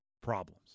problems